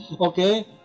Okay